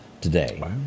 today